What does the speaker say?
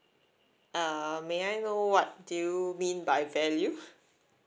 uh may I know what do you mean by value